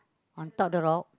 on top of the rock